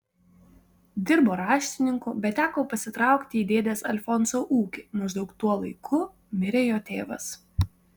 dirbo raštininku bet teko pasitraukti į dėdės alfonso ūkį maždaug tuo laiku mirė jo tėvas